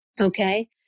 okay